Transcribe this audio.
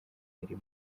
hari